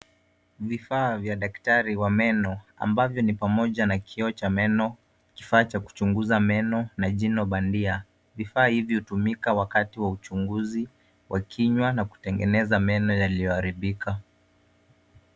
Vifaa vya daktari wa meno ambavyo ni pamoja na kioo cha meno, kifaa cha kuchunguza meno, na jino bandia. Vifaa hivi hutumika wakati wa uchunguzi wa kinywa na kutengeneza meno yaliyoharibika.